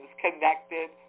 connected